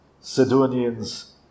Sidonians